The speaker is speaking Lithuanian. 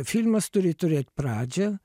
filmas turi turėt pradžią